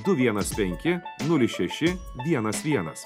du vienas penki nulis šeši vienas vienas